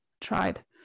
Tried